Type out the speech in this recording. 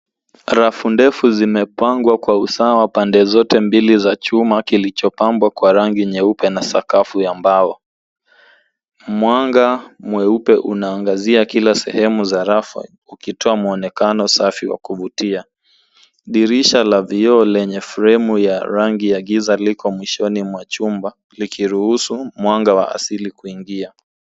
Rafu ndefu zimepangwa kwa usawa pande zote mbili za chuma kilichopambwa kwa rangi nyeupe na sakafu ya mbao. Mwanga mweupe unaangazia sehemu za rafu ukitoa muonekano safi wa kuvutia. Dirisha la vioo lenye fremu ya rangi ya giza liko mwishoni mwa chumba likiruhusu mwanga wa asili kuingia.